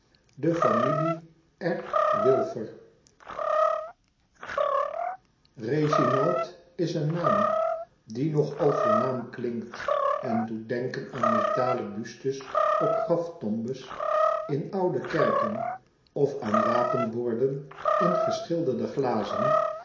de familie r wilfer reginald is een naam die nog al voornaam klinkt en doet denken aan metalen bustes op graftomben in oude kerken of aan wapenborden in geschilderde glazen